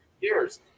years